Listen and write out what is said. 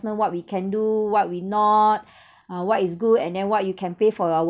what we can do what we not uh what is good and then what you can pay for our